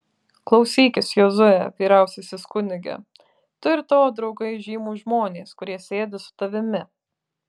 klausykis jozue vyriausiasis kunige tu ir tavo draugai žymūs žmonės kurie sėdi su tavimi